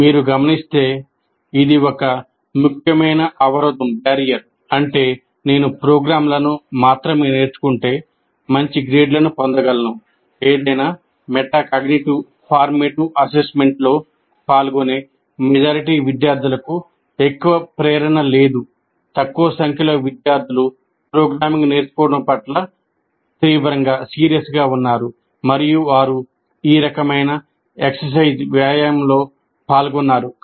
మీరు గమనిస్తే ఇది ఒక ముఖ్యమైన అవరోధం ఉన్నారు మరియు వారు ఈ రకమైన వ్యాయామంలో పాల్గొన్నారు